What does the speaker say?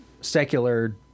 secular